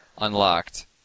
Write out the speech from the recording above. unlocked